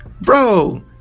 Bro